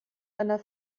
einer